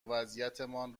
وضعیتمان